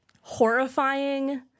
horrifying